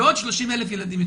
ועוד 30,000 ילדים יתומים.